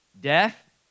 Death